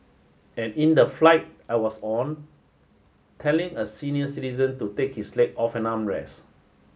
and in the flight I was on telling a senior citizen to take his leg off an armrest